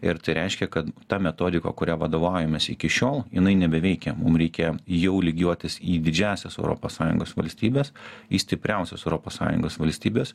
ir tai reiškia kad ta metodika kuria vadovaujamės iki šiol jinai nebeveikia mum reikia jau lygiuotis į didžiąsias europos sąjungos valstybes į stipriausias europos sąjungos valstybes